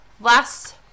Last